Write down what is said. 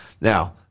Now